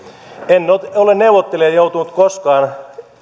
en ole neuvottelijana joutunut koskaan